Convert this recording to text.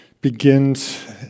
begins